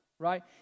right